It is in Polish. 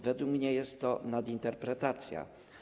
Według mnie jest to nadinterpretacja.